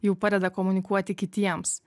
jau padeda komunikuoti kitiems